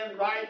right